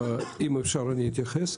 אם אפשר, אני אתייחס.